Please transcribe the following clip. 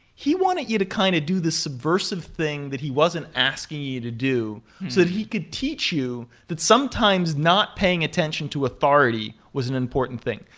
he wanted you to kind of do this subversive thing that he wasn't asking you to do so that he could teach you that sometimes not paying attention to authority was important thing.